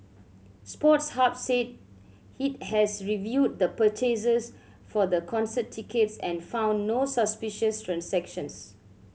Sports Hub said it has reviewed the purchases for the concert tickets and found no suspicious transactions